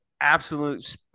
absolute